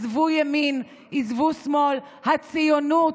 עזבו ימין, עזבו שמאל, הציונות,